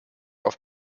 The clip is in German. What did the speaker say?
auf